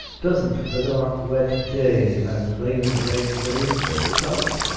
doesn't the dark wet day, an' the rain, rain, rain, foretel it?